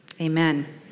amen